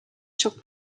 sur